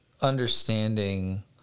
understanding